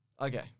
Okay